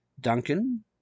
Duncan